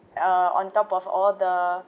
uh on top of all the